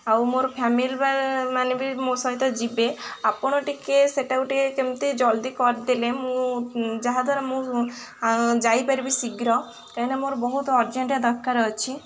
ଆଉ ମୋର ଫ୍ୟାମିଲି ମାନେ ବି ମୋ ସହିତ ଯିବେ ଆପଣ ଟିକେ ସେଟାକୁ ଟିକେ କେମିତି ଜଲ୍ଦି କରିଦେଲେ ମୁଁ ଯାହାଦ୍ଵାରା ମୁଁ ଯାଇପାରିବି ଶୀଘ୍ର କାହିଁକିନା ମୋର ବହୁତ ଅର୍ଜେଣ୍ଟ ଦରକାର ଅଛି